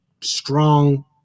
strong